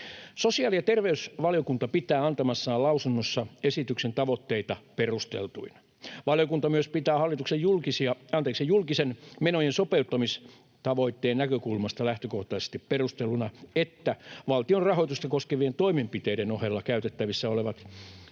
Sosiaali- ja terveysvaliokunta pitää antamassaan lausunnossa esityksen tavoitteita perusteltuina. Valiokunta myös pitää hallituksen julkisten menojen sopeuttamistavoitteen näkökulmasta lähtökohtaisesti perusteltuna, että valtionrahoitusta koskevien toimenpiteiden ohella käytettävissä ovat